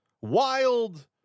wild